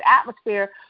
atmosphere